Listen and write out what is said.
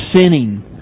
sinning